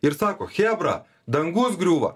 ir sako chebra dangus griūva